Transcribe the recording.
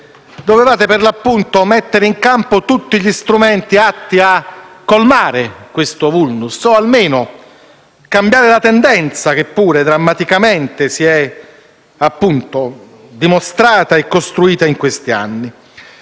dovevate mettere in campo tutti gli strumenti atti a colmarlo o almeno a cambiare la tendenza che, pure drammaticamente, si è dimostrata e costruita in questi anni.